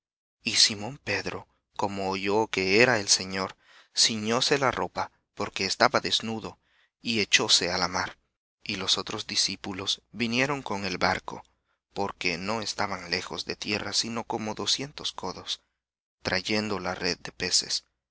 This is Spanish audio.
y simón pedro como oyó que era el señor ciñóse la ropa porque estaba desnudo y echóse á la mar y los otros discípulos vinieron con el barco porque no estaban lejos de tierra sino como doscientos codos trayendo la red de peces